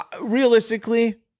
realistically